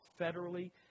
federally